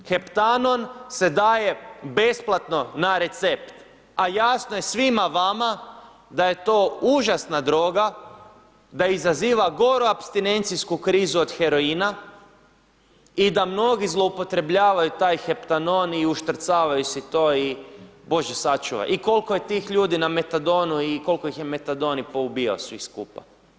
Heptanon se daje besplatno na recept, a jasno je svima vama da je to užasna droga, da izaziva goru apstinenciju krizu od heroina i da mnogi zloupotrebljavaju taj Heptanon i uštrcavaju si to i bože sačuvaj i koliko je tih ljudi na Metadonu i kolko ih je Metadon i poubijao svih skupa.